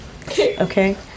Okay